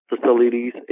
facilities